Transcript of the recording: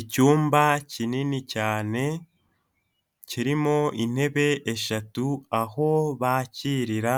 Icyumba kinini cyane kirimo intebe eshatu, aho bakirira